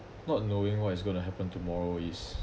not knowing what is going to happen tomorrow is